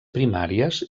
primàries